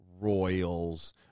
Royals